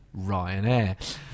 Ryanair